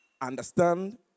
understand